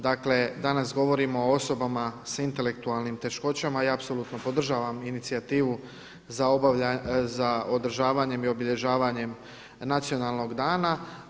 Dakle, danas govorimo o osobama s intelektualnim teškoćama i apsolutno podržavam inicijativu za održavanjem i obilježavanjem nacionalnog dana.